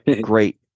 great